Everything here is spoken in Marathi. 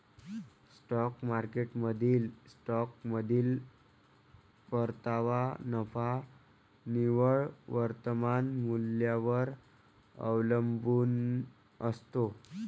स्टॉक मार्केटमधील स्टॉकमधील परतावा नफा निव्वळ वर्तमान मूल्यावर अवलंबून असतो